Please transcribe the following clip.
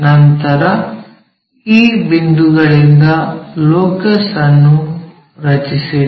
ನಂತರ ಈ ಬಿಂದುಗಳಿಂದ ಲೋಕಸ್ ಅನ್ನು ರಚಿಸಿರಿ